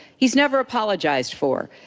he's never apologized for.